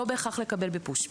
לא בהכרח לקבל ב-push.